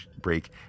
break